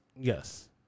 Yes